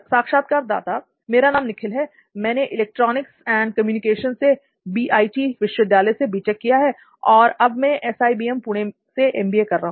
साक्षात्कारदाता मेरा नाम निखिल है मैंने इलेक्ट्रॉनिक्स एंड कम्युनिकेशन मैं बीआईटी किया है और अब मैं एसआईबीएम पुणे से एमबीए कर रहा हूं